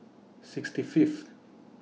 sixty Fifth